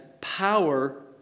power